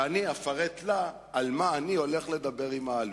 שאני אפרט לה על מה אני הולך לדבר עם האלוף.